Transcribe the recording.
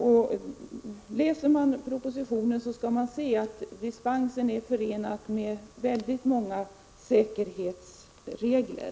Om man läser propositionen, finner man att dispensen är förenad med väldigt många säkerhetsföreskrifter.